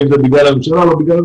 האם זה בגלל הממשלה או לא בגללה.